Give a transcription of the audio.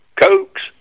Cokes